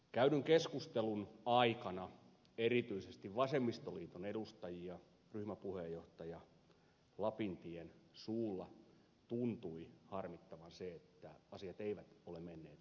käydyn keskustelun aikana erityisesti vasemmistoliiton edustajia ryhmäpuheenjohtaja lapintien suulla tuntui harmittavan se että asiat eivät ole menneet ihan niin kuin he ovat halunneet